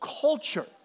Culture